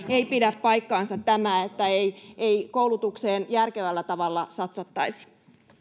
ei pidä paikkaansa tämä että ei ei koulutukseen järkevällä tavalla satsattaisi